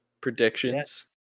predictions